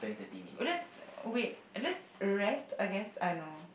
oh that's wait oh that's rest I guess I know